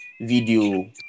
video